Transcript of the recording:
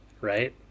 Right